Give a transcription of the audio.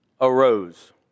arose